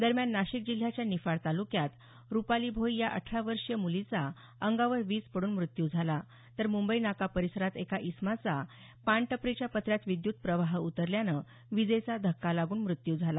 दरम्यान नाशिक जिल्ह्याच्या निफाड तालुक्यात रुपाली भोई या अठरा वर्षीय मुलीचा अंगावर वीज पडून मृत्यू झाला तर मुंबई नाका परिसरात एका इसमाचा पानटपरीच्या पत्र्यात विद्युत प्रवाह उतरल्यानं वीजेचा धक्का लागून मृत्यू झाला